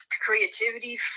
creativity